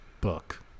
book